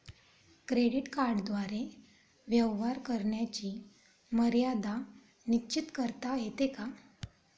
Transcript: Credit कार्डद्वारे व्यवहार करण्याची मर्यादा निश्चित करता येते का?